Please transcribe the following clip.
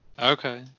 Okay